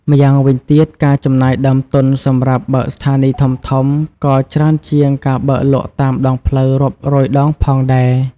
ម្យ៉ាងវិញទៀត ការចំណាយដើមទុនសម្រាប់បើកស្ថានីយ៍ធំៗក៏ច្រើនជាងការបើកលក់តាមដងផ្លូវរាប់រយដងផងដែរ។